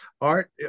art